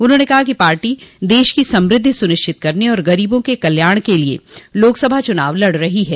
उन्होंने कहा कि पार्टी देश की समृद्धि सुनिश्चित करने और गरीबों के कल्याण के लिए लोकसभा चुनाव लड़ रही है